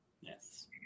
Yes